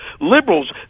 Liberals